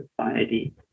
society